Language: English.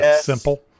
Simple